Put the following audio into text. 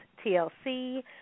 TLC